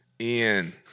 Ian